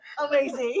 amazing